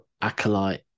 acolyte